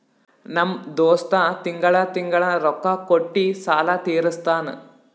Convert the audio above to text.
ನಮ್ ದೋಸ್ತ ತಿಂಗಳಾ ತಿಂಗಳಾ ರೊಕ್ಕಾ ಕೊಟ್ಟಿ ಸಾಲ ತೀರಸ್ತಾನ್